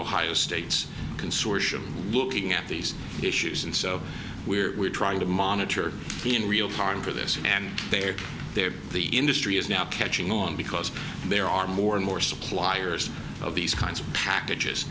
ohio state's consortium looking at these issues and so we're trying to monitor the in real farm for this and they are there the industry is now catching on because there are more and more suppliers of these kinds of packages